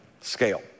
scale